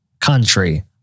country